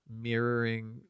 mirroring